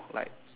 like